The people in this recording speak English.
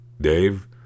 Dave